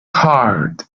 card